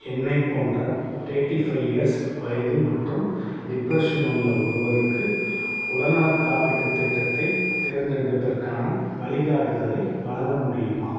என்னைப் போன்ற தேட்டி ஃபைவ் இயர்ஸ் வயது மற்றும் டிப்ரஷன் உள்ள ஒருவருக்கு உடல்நலக் காப்பீட்டுத் திட்டத்தைத் தேர்ந்தெடுப்பதற்கான வழிகாட்டுதலை வழங்க முடியுமா